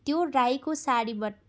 त्यो राईको सारीबाट